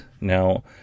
Now